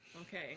Okay